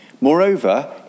Moreover